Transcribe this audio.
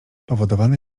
powodowany